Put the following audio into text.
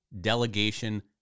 delegation